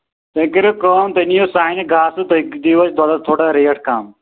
تُہۍ کٔرِو کٲم تُہۍ نِیِو سانہِ گاسہٕ تُہۍ دِیِو اَسہِ تھوڑا ریٹ کَم